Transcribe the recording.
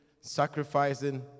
sacrificing